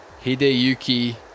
Hideyuki